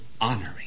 honoring